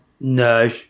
No